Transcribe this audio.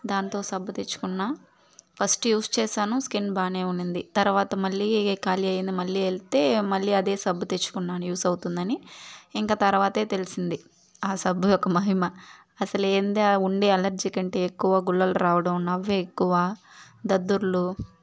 దాంతో సబ్బు తెచ్చుకున్న ఫస్ట్ యూస్ చేశాను స్కిన్ బాగానే ఉన్నింది తర్వాత మళ్ళీ కాళీ అయింది మళ్ళీ వెళ్తే మళ్ళీ అదే సబ్బు తెచ్చుకున్నాను యూస్ అవుతుందని ఇంకా తర్వాతే తెలిసింది ఆ సబ్బు యొక్క మహిమ అసలు ఏంది ఉండే ఎలర్జీ కంటే ఎక్కువ గుల్లలు రావడం నవ్వ ఎక్కువ దద్దుర్లు